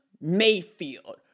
Mayfield